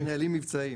נהלים מבצעיים